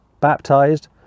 baptized